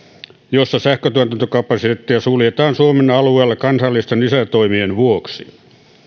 jossa sähköntuotantokapasiteettia suljetaan suomen alueella kansallisten lisätoimien vuoksi